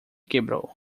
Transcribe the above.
quebrou